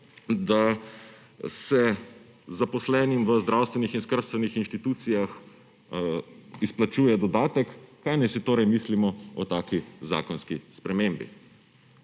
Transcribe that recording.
da se zaposlenim v zdravstvenih in skrbstvenih inštitucijah izplačuje dodatek. Kaj naj si torej mislimo o taki zakonski spremembi?